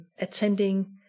attending